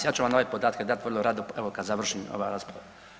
Ja ću vam ove podatke dati vrlo rado, evo, kad završi ova rasprava.